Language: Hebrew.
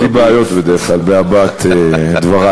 יש לי בעיות בדרך כלל בהבעת דברי.